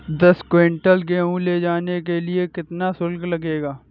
दस कुंटल गेहूँ ले जाने के लिए कितना शुल्क लगेगा?